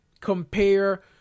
compare